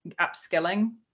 upskilling